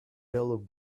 yellow